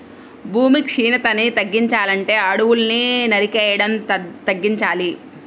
భూమి క్షీణతని తగ్గించాలంటే అడువుల్ని నరికేయడం తగ్గించాలి